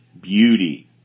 beauty